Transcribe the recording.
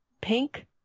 Pink